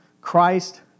Christ